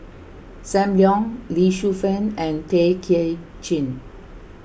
Sam Leong Lee Shu Fen and Tay Kay Chin